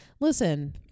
Listen